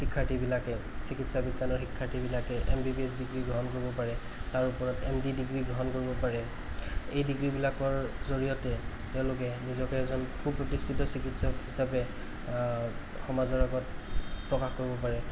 শিক্ষাৰ্থীবিলাকে চিকিৎসা বিজ্ঞানৰ শিক্ষাৰ্থীবিলাকে M B B S degree গ্ৰহণ কৰিব পাৰে তাৰ ওপৰত এম ডি ডিগ্ৰী গ্ৰহণ কৰিব পাৰে এই ডিগ্ৰী বিলাকৰ জৰিয়তে তেওঁলোকে নিজকে এজন সুপ্ৰতিষ্ঠিত চিকিৎসক হিচাপে সমাজৰ আগত প্ৰকাশ কৰিব পাৰে